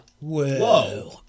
whoa